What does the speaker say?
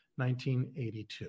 1982